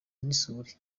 n’isuri